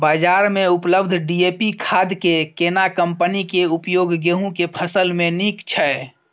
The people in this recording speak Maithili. बाजार में उपलब्ध डी.ए.पी खाद के केना कम्पनी के उपयोग गेहूं के फसल में नीक छैय?